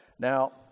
Now